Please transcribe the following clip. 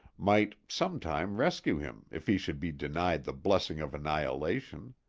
might some time rescue him if he should be denied the blessing of annihilation.